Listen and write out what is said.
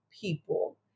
people